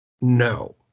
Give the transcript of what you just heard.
No